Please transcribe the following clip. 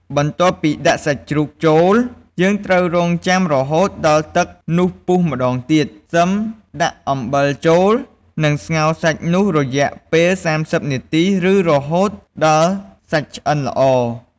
បន្ទាប់ពីដាក់សាច់ជ្រូកចូល យើងត្រូវរង់ចាំរហូតដល់ទឹកនោះពុះម្ដងទៀត សិមដាក់អំបិលចូល និងស្ងោរសាច់នោះរយៈពេល៣០នាទី ឬរហូតដល់សាច់ឆ្អិនល្អ។